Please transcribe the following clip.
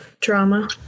drama